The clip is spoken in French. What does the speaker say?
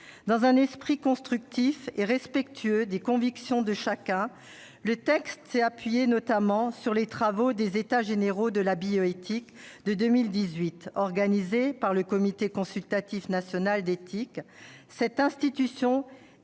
Dans un esprit constructif et respectueux des convictions de chacun, le texte s'est notamment appuyé sur les travaux des États généraux de la bioéthique de 2018, organisés par le Comité consultatif national d'éthique. Cette institution est